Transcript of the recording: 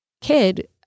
kid